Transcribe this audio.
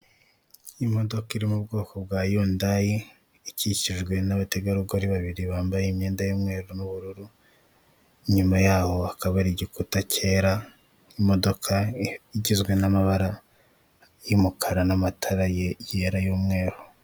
Imodoka iri mu bwoko bwa yundai, ikikijwe n'abategarugori babiri bambaye imyenda y'umweru n'ubururu, nyuma yaho hakaba hari igikuta cyera, imodoka igizwe n'amabara y'umukara n'amatara yera y'umweru.